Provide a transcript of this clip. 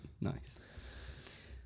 Nice